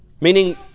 Meaning